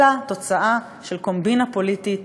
אלא תוצאה של קומבינה פוליטית